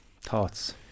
Thoughts